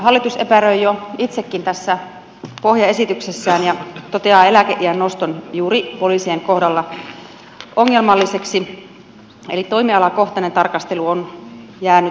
hallitus epäröi jo itsekin tässä pohjaesityksessään ja toteaa eläkeiän noston juuri poliisien kohdalla ongelmalliseksi eli toimialakohtainen tarkastelu on jäänyt puutteelliseksi